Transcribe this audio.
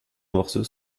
morceaux